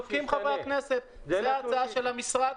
זו ההצעה של המשרד,